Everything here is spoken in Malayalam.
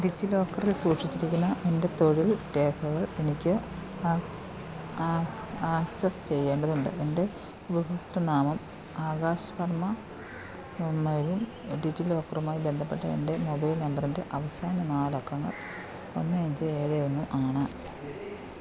ഡിജി ലോക്കറിൽ സൂക്ഷിച്ചിരിക്കുന്ന എന്റെ തൊഴിൽ രേഖകൾ എനിക്ക് ആക്സ് ആക്സസ് ചെയ്യേണ്ടതുണ്ട് എന്റെ ഉപഭോക്തനാമം ആകാശ് വർമ്മ വർമ്മയും ഡിജി ലോക്കറുമായി ബന്ധപ്പെട്ട എന്റെ മൊബൈൽ നമ്പറിന്റെ അവസാന നാലക്കങ്ങൾ ഒന്ന് അഞ്ച് ഏഴ് ഒന്ന് ആണ്